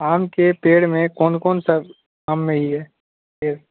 آم کے پیڑ میں کون کون سا آم میں ہی ہے پھر